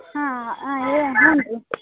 ಹಾಂ ಹಾಂ ಹೇಳು ಹ್ಞೂ ರೀ